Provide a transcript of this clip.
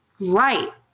Right